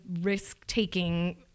risk-taking